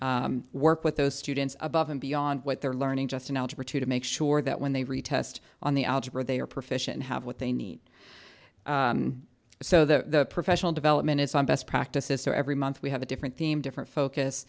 i work with those students above and beyond what they're learning just in algebra two to make sure that when they retest on the algebra they are profession have what they need so the professional development is on best practices so every month we have a different theme different focus